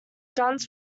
guns